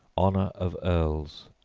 honor of earls.